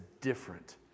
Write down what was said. different